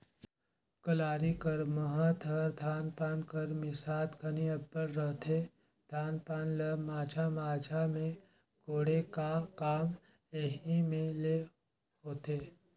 कलारी कर महत हर धान पान कर मिसात घनी अब्बड़ रहथे, धान पान ल माझा माझा मे कोड़े का काम एही मे ले होथे